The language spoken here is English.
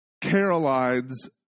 Carolines